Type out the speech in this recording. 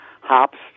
hops